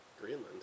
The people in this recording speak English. Greenland